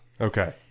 Okay